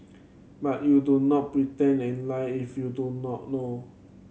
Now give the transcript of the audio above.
but you do not pretend and lie if you don't not know